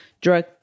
drug